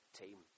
team